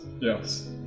Yes